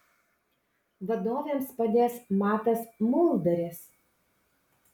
vadovėms padės matas muldaris